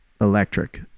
electric